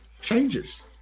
changes